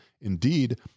Indeed